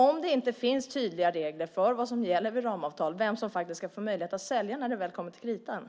Om det inte finns tydliga regler för vad som gäller vid ramavtal och vem som ska få möjlighet att sälja när det väl kommer till kritan